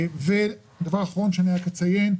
דבר אחרון שאני אציין,